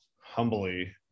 humbly